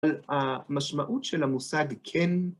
המשמעות של המושג כן